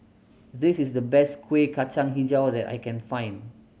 this is the best Kueh Kacang Hijau that I can find